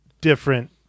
different